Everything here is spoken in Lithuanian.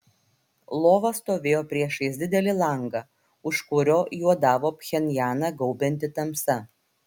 lova stovėjo priešais didelį langą už kurio juodavo pchenjaną gaubianti tamsa